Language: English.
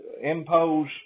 impose